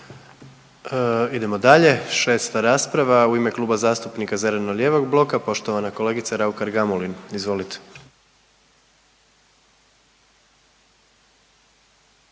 Idemo dalje, 6. rasprava u ime Kluba zastupnika zeleno-lijevog bloka poštovana kolegica Raukar Gamulin. Izvolite.